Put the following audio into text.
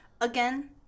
Again